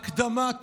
הקדמת